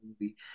movie